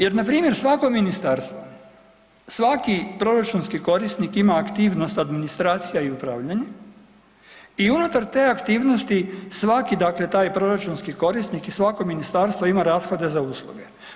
Jer npr. svako ministarstvo, svaki proračunski korisnik ima aktivnost administracija i upravljanje i unutar te aktivnosti svaki dakle taj proračunski korisnik i svako ministarstvo ima rashode za usluge.